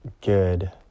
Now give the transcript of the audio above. good